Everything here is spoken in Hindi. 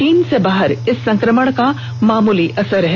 चीन से बाहर इस संक्रमण का मामुली असर है